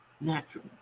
natural